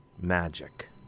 Magic